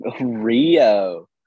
Rio